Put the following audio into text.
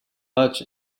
much